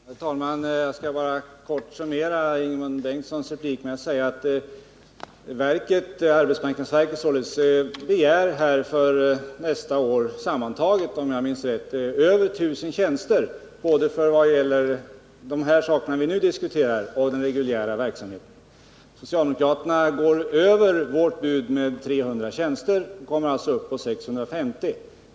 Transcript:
Herr talman! Jag skall bara summera Ingemund Bengtssons replik med att säga att arbetsmarknadsverket begär för nästa år sammantaget, om jag minns rätt, över 1 000 tjänster både för det vi nu diskuterar och för den reguljära verksamheten. Socialdemokraterna går över vårt bud med 300 tjänster och kommer alltså upp till 650.